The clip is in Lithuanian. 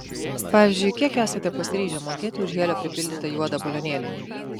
pavyzdžiui kiek esate pasiryžę mokėti už helio pripildytą juodą balionėlį